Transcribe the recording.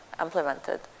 implemented